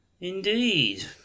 indeed